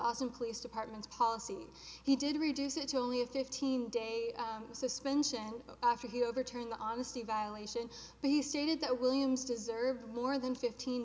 austin police department's policy he did reduce it to only a fifteen day suspension after he overturned the honesty violation but he stated that williams deserved more than fifteen